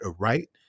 aright